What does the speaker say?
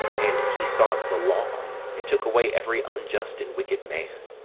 and he sought the law, and took away every unjust and wicked man.